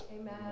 Amen